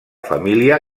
família